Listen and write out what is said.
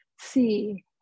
see